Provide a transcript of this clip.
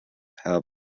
have